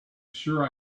sure